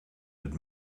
het